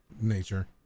nature